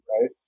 right